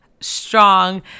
strong